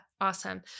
awesome